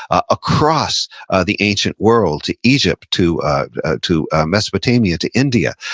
across the ancient world, to egypt, to to mesopotamia, to india.